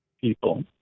people